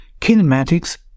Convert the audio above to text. kinematics